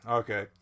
okay